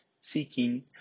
seeking